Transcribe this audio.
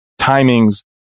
timings